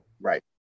Right